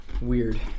weird